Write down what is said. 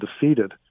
defeated